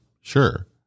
Sure